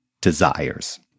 desires